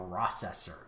processor